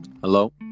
Hello